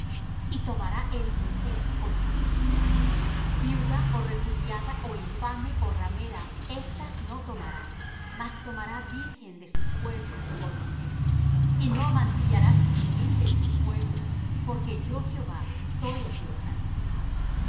y tomará él mujer con su virginidad viuda ó repudiada ó infame ó ramera éstas no tomará mas tomará virgen de sus pueblos por mujer y no amancillará su simiente en sus pueblos porque yo jehová soy el que los santifico y